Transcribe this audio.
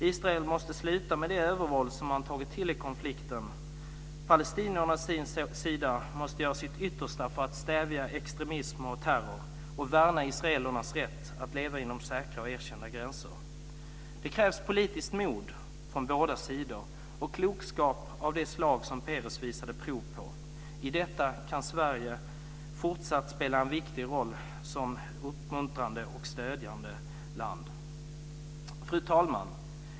Israel måste sluta med det övervåld som man har tagit till i konflikten. Palestinierna måste göra sitt yttersta för att stävja extremism och terror och värna israelernas rätt att leva inom säkra och erkända gränser. Det krävs politiskt mod från båda sidor och klokskap av det slag som Peres visade prov på. I detta kan Sverige fortsatt spela en viktig roll som uppmuntrande och stödjande land. Fru talman!